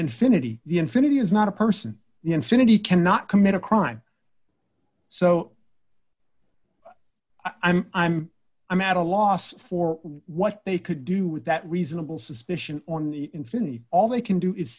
infinity infinity is not a person infinity cannot commit a crime so i'm i'm i'm at a loss for what they could do with that reasonable suspicion on the infinity all they can do is